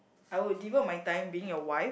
I would devote my time being your wife